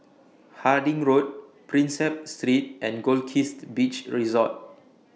Harding Road Prinsep Street and Goldkist Beach Resort